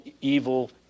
evil